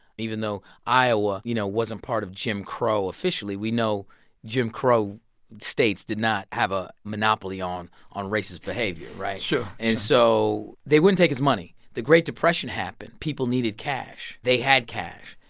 even though iowa, you know, wasn't part of jim crow officially, we know jim crow states did not have a monopoly on on racist behavior, right? sure and so they wouldn't take his money. the great depression happened. people needed cash. they had cash.